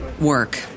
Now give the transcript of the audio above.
work